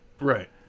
right